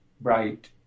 bright